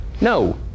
no